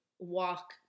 walk